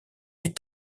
est